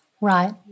Right